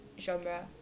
genre